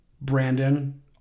Brandon